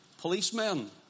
policemen